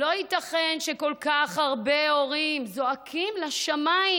לא ייתכן שכל כך הרבה הורים זועקים לשמיים